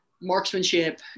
marksmanship